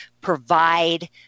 provide